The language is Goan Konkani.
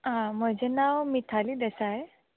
आं म्हजें नांव मिताली देसाय